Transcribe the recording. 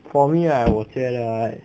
for me right 我觉得 right